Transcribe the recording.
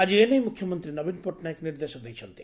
ଆଜି ଏନେଇ ମୁଖ୍ୟମନ୍ତୀ ନବୀନ ପଟ୍ଟନାୟକ ନିର୍ଦ୍ଦେଶ ଦେଇଛନ୍ତି